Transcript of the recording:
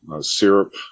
syrup